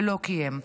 ולא קיים.